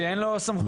כי אין לו סמכויות.